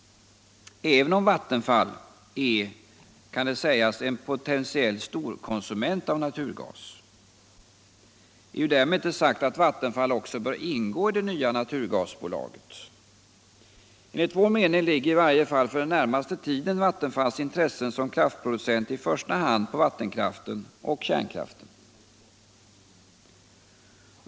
Även om Vattenfall är en ”potentiell storkonsument” av naturgas är därmed inte sagt att Vattenfall också bör ingå i det nya naturgasbolaget. Enligt vår mening ligger i varje fall för den närmaste tiden Vattenfalls intressen som kraftproducent i första hand på vattenkraften och kärnkraften.